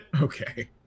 Okay